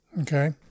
Okay